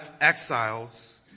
exiles